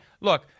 look